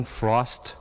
frost